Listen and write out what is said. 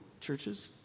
churches